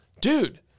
Dude